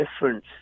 difference